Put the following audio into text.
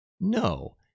No